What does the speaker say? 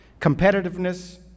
Competitiveness